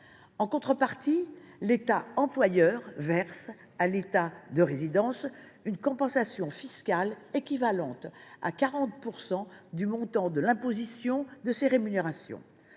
En contrepartie, l’État employeur verse à l’État de résidence une compensation fiscale équivalente à 40 % du montant de l’imposition des rémunérations